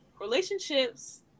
relationships